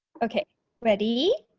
okay ready